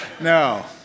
No